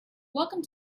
welcome